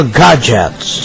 gadgets